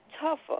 tougher